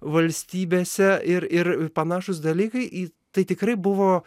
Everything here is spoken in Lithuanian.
valstybėse ir ir panašūs dalykai į tai tikrai buvo